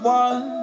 one